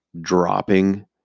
dropping